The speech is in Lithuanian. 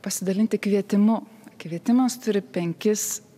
pasidalinti kvietimu kvietimas turi penkis